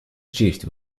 честь